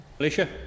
Alicia